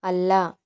അല്ല